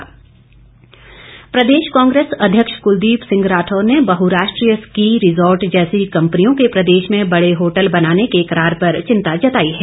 राठौर प्रदेश कांग्रेस अध्यक्ष कुलदीप सिंह राठौर ने बहुराष्ट्रीय स्की रिजॉर्ट जैसी कंपनियों के प्रदेश में बड़े होटल बनाने के करार पर चिंता जताई है